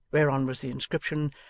whereon was the inscription,